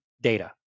data